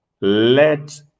let